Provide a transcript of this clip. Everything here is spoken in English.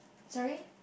sorry